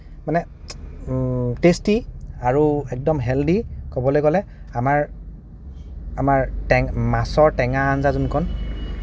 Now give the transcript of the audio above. মানে টেষ্টি আৰু একদম হেল্ঠি ক'বলৈ গ'লে আমাৰ মাছৰ টেঙা আঞ্জাযোনখন